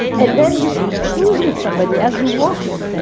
and then just true's with somebody as you're walking,